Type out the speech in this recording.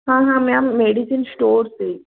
हाँ हाँ ma'am medicine store से